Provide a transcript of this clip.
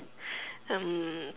um